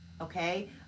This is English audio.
Okay